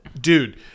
dude